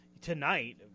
Tonight